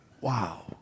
Wow